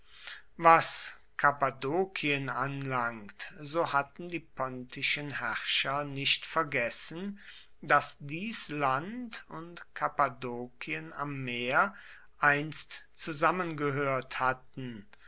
was kappadokien anlangt so hatten die pontischen herrscher nicht vergessen daß dies land und kappadokien am meer einst zusammengehört hatten